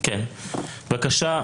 בבקשה בקצרה.